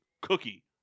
cookie